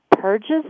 purges